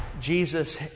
Jesus